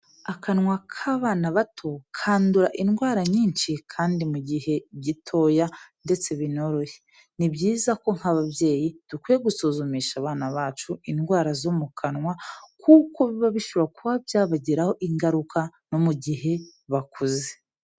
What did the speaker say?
Akanwa k'abana bato kandura indwara nyinshi kandi mu gihe gitoya ndetse binoroshye. Ni byiza ko nk'ababyeyi dukwiye gusuzumisha abana bacu indwara zo mu kanwa kuko biba bishobora kuba byabagiraho ingaruka no mu gihe bakuze.